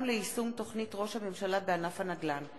ליישום תוכנית ראש הממשלה בענף הנדל"ן,